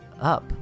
up